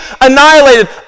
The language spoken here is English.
annihilated